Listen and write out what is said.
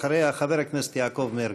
אחריה, חבר הכנסת יעקב מרגי.